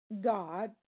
God